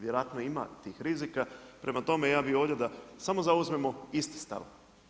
Vjerojatno ima tih rizika, prema tome ja bih ovdje da samo zauzmemo isti stav.